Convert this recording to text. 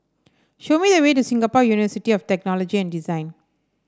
show me the way to Singapore University of Technology and Design